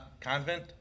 convent